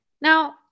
now